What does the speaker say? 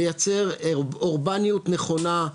לייצר אורבניות נכונה,